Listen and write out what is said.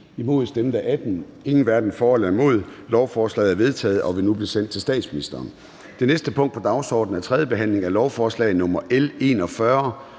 imod stemte 18 (SF, EL og DF), hverken for eller imod stemte 0. Lovforslaget er vedtaget og vil nu blive sendt til statsministeren. --- Det næste punkt på dagsordenen er: 9) 3. behandling af lovforslag nr. L